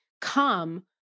come